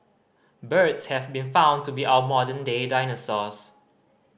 birds have been found to be our modern day dinosaurs